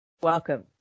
Welcome